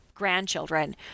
grandchildren